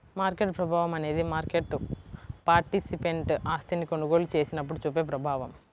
market ప్రభావం అనేది market participant ఆస్తిని కొనుగోలు చేసినప్పుడు చూపే ప్రభావం